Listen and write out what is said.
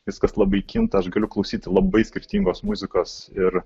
viskas labai kinta aš galiu klausyti labai skirtingos muzikos ir